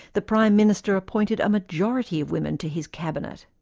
the prime minister appointed a majority of women to his cabinet.